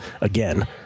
again